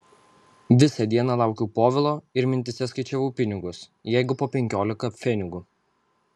visą dieną laukiau povilo ir mintyse skaičiavau pinigus jeigu po penkiolika pfenigų